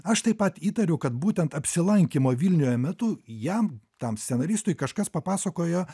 aš taip pat įtariu kad būtent apsilankymo vilniuje metu jam tam scenaristui kažkas papasakojo